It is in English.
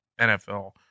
NFL